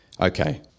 Okay